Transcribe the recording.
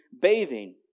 bathing